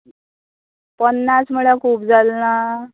पन्नास म्हळ्यार खूब जाल ना